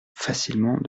facilement